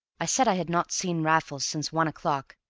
i said i had not seen raffles since one o'clock,